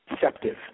deceptive